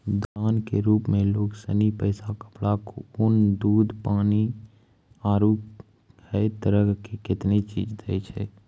दान के रुप मे लोग सनी पैसा, कपड़ा, खून, पानी, दूध, आरु है तरह के कतेनी चीज दैय छै